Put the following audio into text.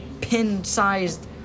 pin-sized